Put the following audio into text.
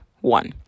one